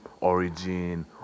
origin